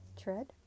Tread